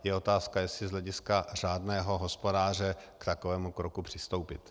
Je otázka, jestli z hlediska řádného hospodáře k takovému kroku přistoupit.